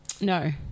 No